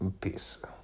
Peace